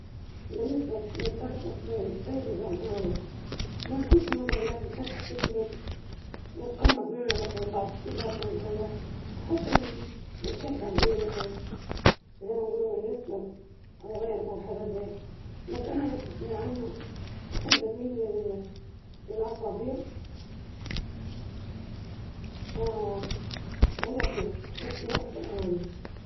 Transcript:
أعتقد أنني أشبه القطط في شخصيتي مثل القطط، أنا أستمتع بالاستقلالية والهدوء، وأيضًا أقدر العزلة في بعض الأحيان، ومع ذلك، عندما أكون مع الأشخاص الذين أحبهم، أظهر جانبًا حنونًا ومحبًا.